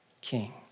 king